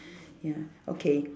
ya okay